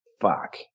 fuck